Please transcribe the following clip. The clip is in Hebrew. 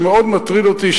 שמאוד מטריד אותי,